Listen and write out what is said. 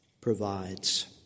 provides